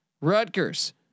Rutgers